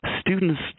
students